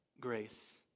grace